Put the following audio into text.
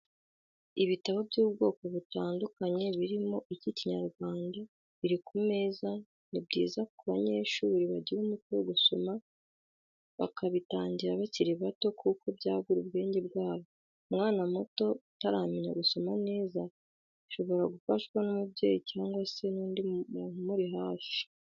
Ibitabo by'ubwoko butandukanye birimo icy'ikinyarwanda biri ku meza ni byiza ko abanyeshuri bagira umuco wo gusoma bakabitangira bakiri bato kuko byagura ubwenge bwabo, umwana muto utaramenya gusoma neza shobora gufashwa n'umubyeyi cyangwa se undi muntu umuri hafi.